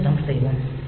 பின்னர் ஜம்ப் செய்வோம்